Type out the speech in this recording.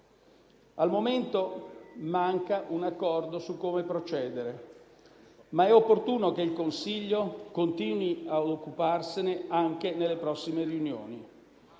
Al momento manca un accordo su come procedere, ma è opportuno che il Consiglio continui a occuparsene anche nelle prossime riunioni.